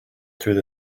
through